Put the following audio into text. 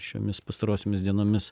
šiomis pastarosiomis dienomis